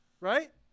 right